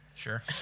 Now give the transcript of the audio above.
sure